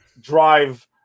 drive